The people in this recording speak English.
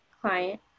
client